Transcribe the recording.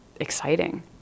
exciting